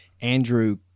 Andrew